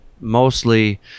mostly